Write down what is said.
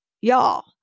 y'all